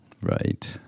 right